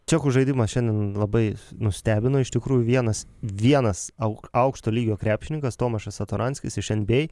čekų žaidimas šiandien labai nustebino iš tikrųjų vienas vienas auk aukšto lygio krepšininkas tomašas atoranskis iš nba